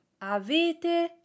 Avete